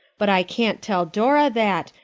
but i can't tell dora that,